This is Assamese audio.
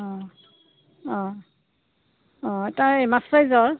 অঁ অঁ অঁ তাই মাছ চাইজৰ